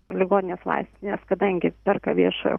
ligoninės vaistinės kadangi perka viešojo